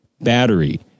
Battery